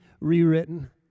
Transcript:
rewritten